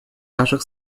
наших